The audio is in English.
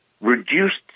reduced